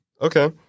Okay